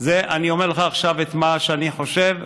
אני אומר לך עכשיו את מה שאני חושב.